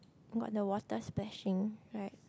got the water splashing right